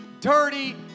dirty